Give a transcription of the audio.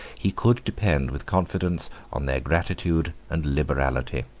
he could depend with confidence on their gratitude and liberality.